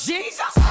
Jesus